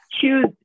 choose